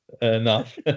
enough